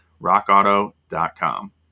rockauto.com